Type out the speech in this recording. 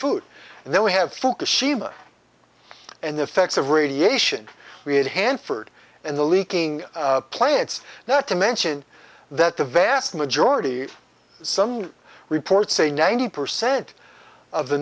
food and then we have fukushima and the effects of radiation we had hanford and the leaking plants not to mention that the vast majority some reports say ninety percent of the